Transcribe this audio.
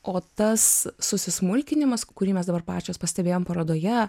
o tas susismulkinimas kurį mes dabar pačios pastebėjom parodoje